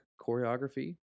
choreography